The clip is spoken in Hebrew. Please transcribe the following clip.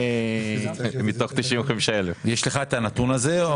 את הנתון הזה כרגע.